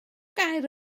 gadair